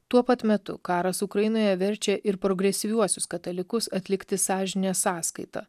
tuo pat metu karas ukrainoje verčia ir progresyviuosius katalikus atlikti sąžinės sąskaitą